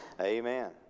Amen